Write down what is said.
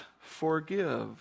forgive